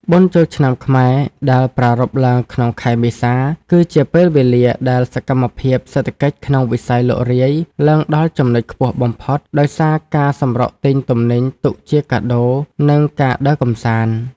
បុណ្យចូលឆ្នាំខ្មែរដែលប្រារព្ធឡើងក្នុងខែមេសា គឺជាពេលវេលាដែលសកម្មភាពសេដ្ឋកិច្ចក្នុងវិស័យលក់រាយឡើងដល់ចំណុចខ្ពស់បំផុតដោយសារការសម្រុកទិញទំនិញទុកជាកាដូ និងការដើរកម្សាន្ត។